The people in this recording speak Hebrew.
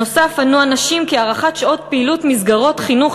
נוסף על כך ענו הנשים כי הארכת שעות הפעילות במסגרות חינוך